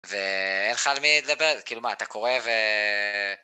ואין לך על מי לדבר, כאילו מה, אתה קורא ו...